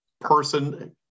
person